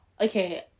Okay